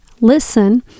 listen